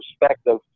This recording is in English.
perspective